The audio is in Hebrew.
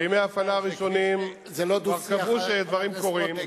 בימי ההפעלה הראשונים כבר קבעו שדברים קורים,